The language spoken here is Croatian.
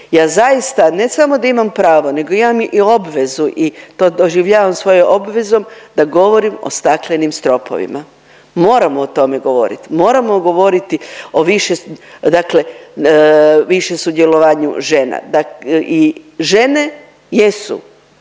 Ja zaista, ne samo da imam pravo nego imam i obvezu i to doživljavam svojom obvezom da govorim o staklenim stropovima. Moramo o tome govoriti, moramo govoriti o više, dakle više sudjelovanju žena. I žene jesu